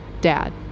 Dad